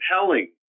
compelling